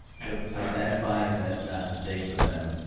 so identifying that, that mistake for them,